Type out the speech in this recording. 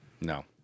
No